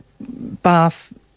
bath